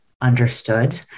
understood